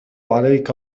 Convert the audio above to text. عليك